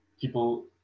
People